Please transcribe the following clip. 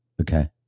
Okay